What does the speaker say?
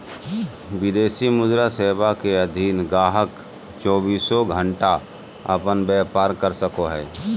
विदेशी मुद्रा सेवा के अधीन गाहक़ चौबीसों घण्टा अपन व्यापार कर सको हय